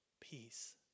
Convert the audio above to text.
Peace